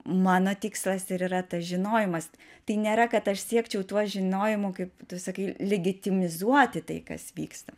mano tikslas ir yra tas žinojimas tai nėra kad aš siekčiau tuo žinojimu kaip tu sakai ligitimizuoti tai kas vyksta